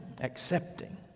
Accepting